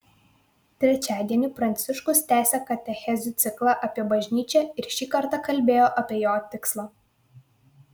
trečiadienį pranciškus tęsė katechezių ciklą apie bažnyčią ir šį kartą kalbėjo apie jo tikslą